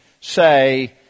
say